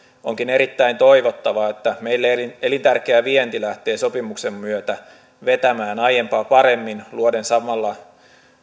onkin erittäin toivottavaa että meille elintärkeä vienti lähtee sopimuksen myötä vetämään aiempaa paremmin luoden samalla